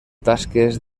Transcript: tasques